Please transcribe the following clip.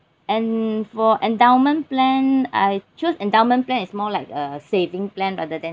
and for endowment plan I choose endowment plan is more like a saving plan rather than